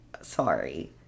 Sorry